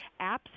apps